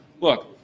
Look